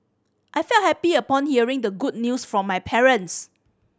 I felt happy upon hearing the good news from my parents